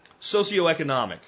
socioeconomic